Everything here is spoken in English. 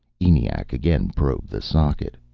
eniac again probed the socket.